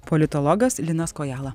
politologas linas kojala